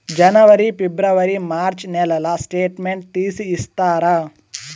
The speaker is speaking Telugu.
జనవరి, ఫిబ్రవరి, మార్చ్ నెలల స్టేట్మెంట్ తీసి ఇస్తారా?